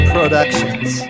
Productions